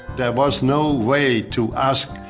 there was no way to ask,